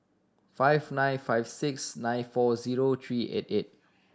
five nine five six nine four zero three eight eight